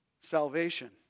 salvation